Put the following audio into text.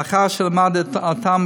לאחר שלמד אותן,